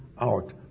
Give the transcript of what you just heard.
out